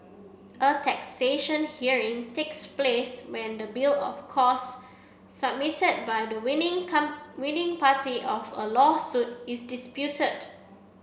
a taxation hearing takes place when the bill of costs submitted by the winning come winning party of a lawsuit is disputed